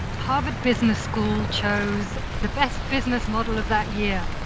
harvard business school chose the best business model of that year.